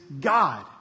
God